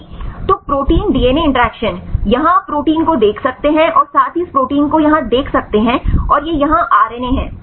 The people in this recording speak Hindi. तो प्रोटीन डीएनए इंटरैक्शन यहाँ आप प्रोटीन को देख सकते हैं और साथ ही इस प्रोटीन को यहाँ देख सकते हैं और यह यहाँ आरएनए है